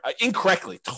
incorrectly